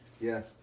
Yes